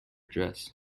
dress